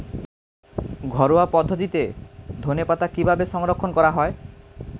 ঘরোয়া পদ্ধতিতে ধনেপাতা কিভাবে সংরক্ষণ করা হয়?